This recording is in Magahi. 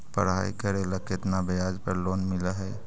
पढाई करेला केतना ब्याज पर लोन मिल हइ?